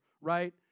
right